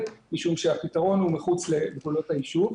משום שהפתרון הוא מחוץ לגבולות הישוב.